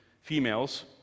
females